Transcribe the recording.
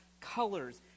colors